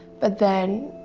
but then,